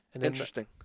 Interesting